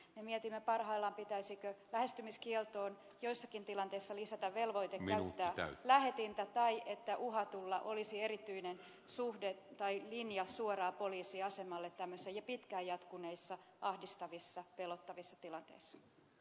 me mietimme parhaillaan pitäisikö lähestymiskieltoon joissakin tilanteissa lisätä velvoite käyttää lähetintä tai että uhatulla olisi erityinen suhde tai linja suoraan poliisiasemalle tämmöisissä jo pitkään jatkuneissa ahdistavissa pelottavissa tilanteissa